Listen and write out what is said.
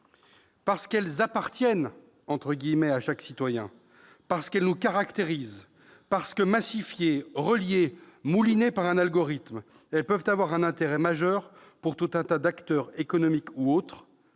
Parce qu'elles « appartiennent » à chaque citoyen, parce qu'elles nous caractérisent, parce que, massifiées, reliées, moulinées par un algorithme, elles peuvent avoir un intérêt majeur pour tout un tas d'acteurs, économiques ou autres,